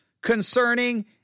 concerning